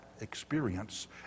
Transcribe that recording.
experience